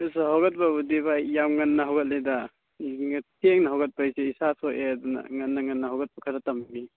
ꯑꯗꯨꯁꯨ ꯍꯧꯒꯠꯄꯕꯨꯗꯤꯕ ꯌꯥꯝ ꯉꯟꯅ ꯍꯧꯒꯠꯂꯤꯗ ꯊꯦꯡꯅ ꯍꯧꯒꯠꯄ ꯍꯥꯏꯁꯤ ꯏꯁꯥ ꯁꯣꯛꯑꯦ ꯑꯗꯨꯅ ꯉꯟꯅ ꯉꯟꯅ ꯍꯧꯒꯠꯄ ꯈꯔ ꯇꯝꯃꯤ